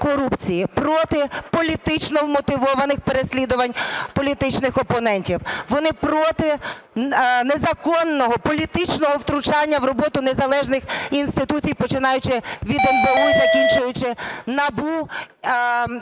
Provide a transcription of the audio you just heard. проти політично вмотивованих переслідувань політичних опонентів, вони проти незаконного політичного втручання в роботу незалежних інституцій, починаючи від НБУ і закінчуючи НАБУ,